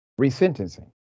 resentencing